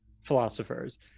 philosophers